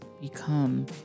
become